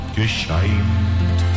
gescheint